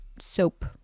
soap